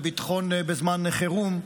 לביטחון בזמן חירום,